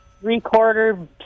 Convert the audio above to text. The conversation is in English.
three-quarter